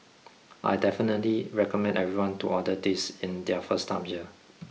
I definitely recommend everyone to order this in their first time here